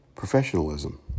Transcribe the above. professionalism